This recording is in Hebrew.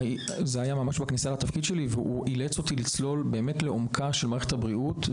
הזה צללתי לעומקה של מערכת הבריאות,